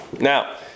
Now